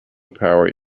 power